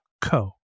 co